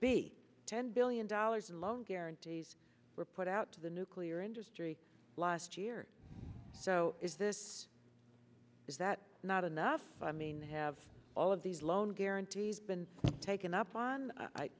billion dollars in loan guarantees were put out to the nuclear industry last year so is this is that not enough i mean have all of these loan guarantees been taken up on i